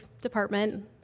department